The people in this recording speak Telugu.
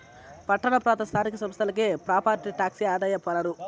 పట్టణ ప్రాంత స్థానిక సంస్థలకి ప్రాపర్టీ టాక్సే ఆదాయ వనరు